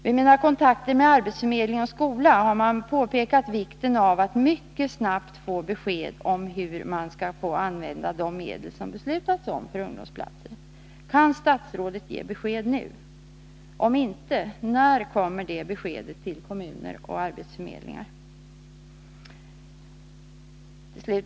Vid mina kontakter med arbetsförmedling och skola har man påpekat vikten av att mycket snabbt få besked om hur man skall få använda de medel som det beslutats om för ungdomsplatser. Kan statsrådet ge besked nu? Om inte, när kommer det beskedet till kommuner och arbetsförmedlingar?